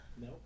No